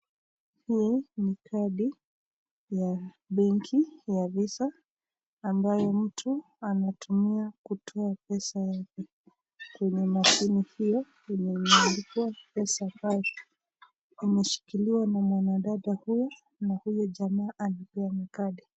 Hii ni kadi ya benki ya Visa ambayo mtu anatumia kutoa pesa yake kwenye mashine hiyo yenye imeandikwa Pesa Pal. Imeshikiliwa na mwanadada huyo na huyo jamaa anapeana kadi.